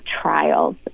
trials